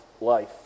life